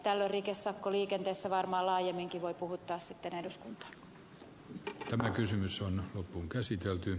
tällöin rikesakko liikenteessä varmaan laajemminkin voi puhuttaa sitten eduskunta on kysymys on loppuunkäsitelty